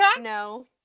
No